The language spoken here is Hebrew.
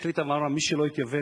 החליטה ואמרה: מי שלא יתייוון,